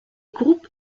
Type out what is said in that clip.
groupe